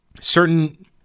Certain